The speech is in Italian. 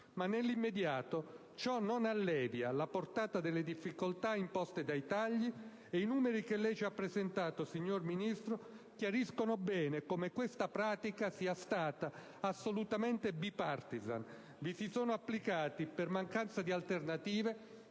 ma nell'immediato ciò non allevia la portata delle difficoltà imposte dai tagli. I numeri che ci ha presentato, signor Ministro, chiariscono bene come questa pratica sia stata assolutamente *bipartisan*: vi si sono applicati, infatti, per mancanza di alternative,